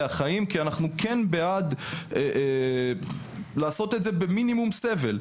החיים כי אנחנו כן בעד לעשות את זה במינימום סבל.